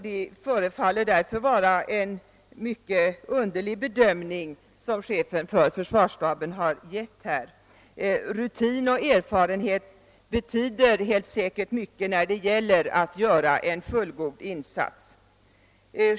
Det förefaller därför vara en mycket underlig bedömning som chefen för försvarsstaben har gjort. Rutin och erfarenhet betyder helt säkert mycket när det gäller att göra en fullgod insats.